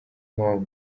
mpamvu